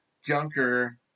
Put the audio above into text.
Junker